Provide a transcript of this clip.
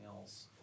else